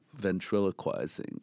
ventriloquizing